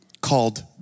called